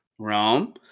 Rome